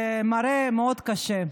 זה מראה מאוד קשה.